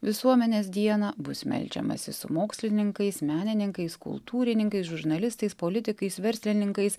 visuomenės dieną bus meldžiamasi su mokslininkais menininkais kultūrininkais žurnalistais politikais verslininkais